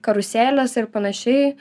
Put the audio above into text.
karuselės ir panašiai